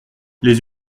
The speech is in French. les